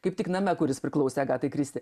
kaip tik name kuris priklausė agatai kristi